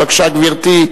בבקשה, גברתי.